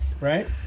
right